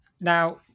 Now